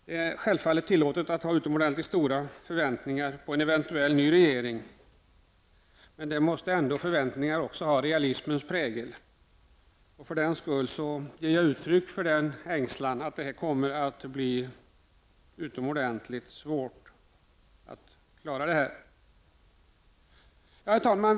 Det är självfallet tillåtet att ha mycket stora förväntningar på en eventuell ny regering, men förväntningarna måste ändå ha realismens prägel. Jag ger därför uttryck för ängslan över att det kommer att bli mycket svårt att klara det här.